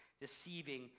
deceiving